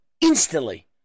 instantly